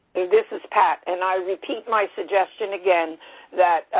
this is pat, and i repeat my suggestion again that,